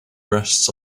rests